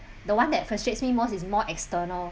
the one that frustrates me most is more external